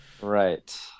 Right